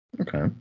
Okay